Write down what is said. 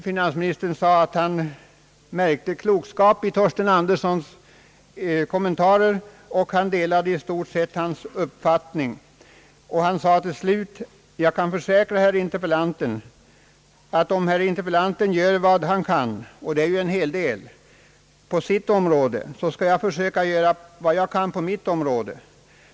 Finansministern anförde att det låg klokskap i herr Torsten Anderssons kommentarer och medgav att han rent allmänt delade interpellantens uppfattning. Finansministern sade till slut: »Jag kan försäkra herr interpellanten, att om herr interpellanten gör vad han kan — och det är ju en hel del — på sitt område, skall jag försöka göra vad jag kan på mitt område!